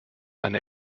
eine